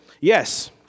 Yes